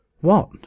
What